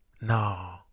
No